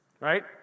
Right